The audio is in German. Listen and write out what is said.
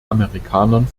amerikanern